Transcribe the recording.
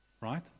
right